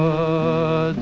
er